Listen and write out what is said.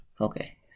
okay